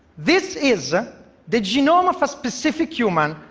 this is ah the genome of a specific human,